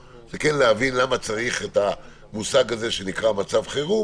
זה להבין למה צריך את המושג שנקרא מצב חירום